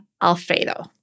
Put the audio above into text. Alfredo